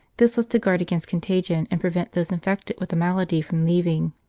this was to guard against contagion, and prevent those infected with the malady from leaving.